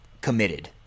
committed